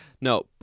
No